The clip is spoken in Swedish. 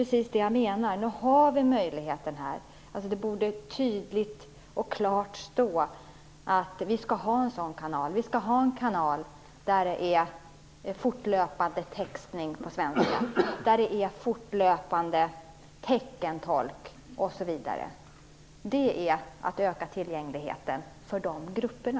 Nu har vi möjligheten, så det borde tydligt och klart stå att vi skall ha en sådan kanal med fortlöpande textning på svenska och teckentolkning. Det vore att öka tillgängligheten för de grupperna.